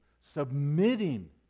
submitting